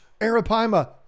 arapaima